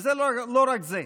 וזה לא רק זה: